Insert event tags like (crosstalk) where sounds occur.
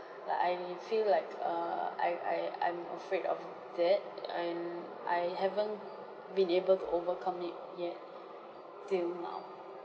(breath) like I feel like err I I I'm afraid of that and I haven't been able to overcome it yet till now